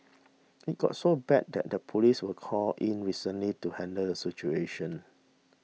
it got so bad that the police were called in recently to handle the situation